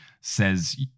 says